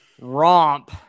Romp